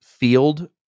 field